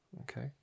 Okay